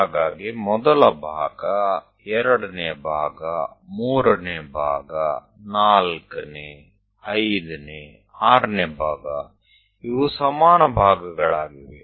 ಹಾಗಾಗಿ ಮೊದಲ ಭಾಗ ಎರಡನೇ ಭಾಗ ಮೂರನೇ ಭಾಗ ನಾಲ್ಕನೇ ಐದನೇ ಆರನೇ ಭಾಗ ಇವು ಸಮಾನ ಭಾಗಗಳಾಗಿವೆ